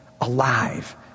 alive